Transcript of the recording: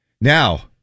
Now